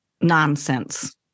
nonsense